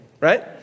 right